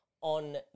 on